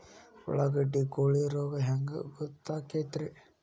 ಉಳ್ಳಾಗಡ್ಡಿ ಕೋಳಿ ರೋಗ ಹ್ಯಾಂಗ್ ಗೊತ್ತಕ್ಕೆತ್ರೇ?